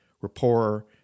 rapport